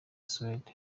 suwede